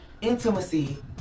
intimacy